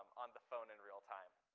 on the phone in realtime.